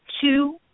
two